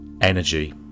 energy